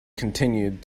continued